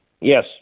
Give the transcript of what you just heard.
Yes